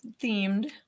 themed